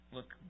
Look